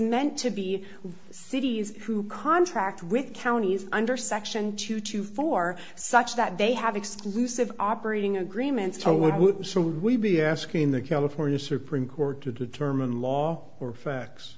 meant to be cities who contract with counties under section two to four such that they have exclusive operating agreements how would we be asking the california supreme court to determine law or facts